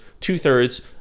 two-thirds